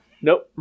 Nope